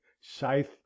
scythe